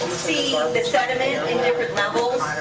see the sediment at i mean different levels.